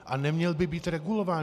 A neměl by být regulován.